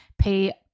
pay